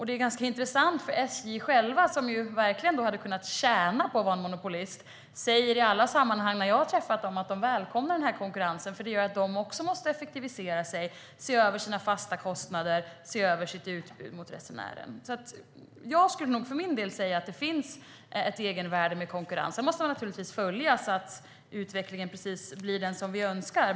Det är ganska intressant att även SJ, som verkligen hade kunnat tjäna på att vara monopolist, i alla sammanhang där jag har träffat dem säger att de välkomnar konkurrens, för den gör att de också måste effektivisera och se över sina fasta kostnader och sitt utbud till resenärerna. För min del skulle jag nog säga att det finns ett egenvärde i konkurrens. Sedan måste man naturligtvis följa utvecklingen och se att den blir precis som vi önskar.